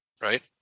right